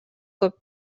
көп